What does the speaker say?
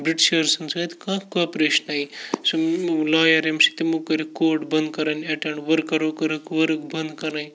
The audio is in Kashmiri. بِرٛٹشٲرسَن سۭتۍ کانٛہہ کاپریشنٕے سُہ لایَر ییٚمِس سۭتۍ تِمو کٔرٕکھ کوٹ بَنٛد کَرٕنۍ اٮ۪ٹٮ۪نٛڈ ؤرکَرو کٔرٕکھ ؤرٕک بنٛد کَرٕنۍ